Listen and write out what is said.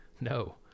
no